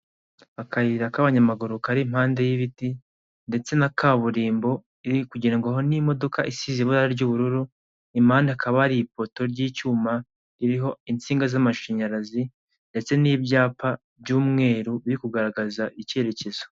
Akayira kabanyamaguru kari impande yibiti ndetse na kaburimbo iri kugendwaho nimodoka isize ibara ry'ubururu impande hakaba hari ipoto ryicyuma ririho insinga z'amashanyarazi ndetse nibyapa by'umweru biri kugaragaza icyerekezo.